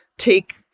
take